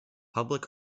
public